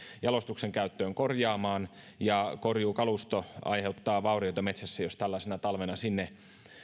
jalostuksen käyttöön korjaamaan ja korjuukalusto aiheuttaa vaurioita metsässä jos tällaisena talvena sinne